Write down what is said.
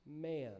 man